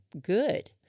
good